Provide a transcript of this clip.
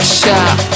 shot